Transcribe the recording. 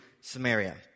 Samaria